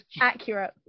Accurate